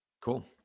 Cool